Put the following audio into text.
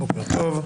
בוקר טוב.